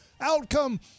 Outcome